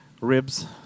Ribs